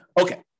Okay